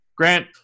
Grant